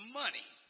money